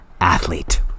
athlete